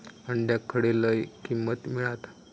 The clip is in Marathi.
अंड्याक खडे लय किंमत मिळात?